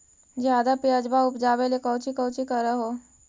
ज्यादा प्यजबा उपजाबे ले कौची कौची कर हो?